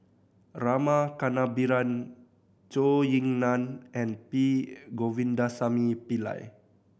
Rama Kannabiran Zhou Ying Nan and P Govindasamy Pillai